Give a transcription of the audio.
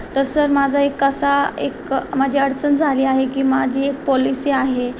तर सर माझा एक असा एक माझी अडचण झाली आहे की माझी एक पॉलिसी आहे